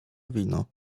wino